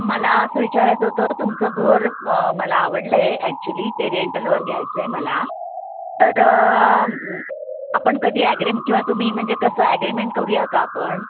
मला असं विचारायचं होतं तुमचं घर मला आवडलंय ॲक्च्युली ते रेंटलवर घ्यायचं आहे मला तर आपण कधी ॲग्रीम किंवा तुम्ही म्हणजे कसं ॲग्रीमेंट करूया का आपण